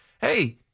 hey